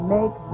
Make